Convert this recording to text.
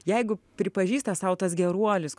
jeigu pripažįsta sau tas geruolis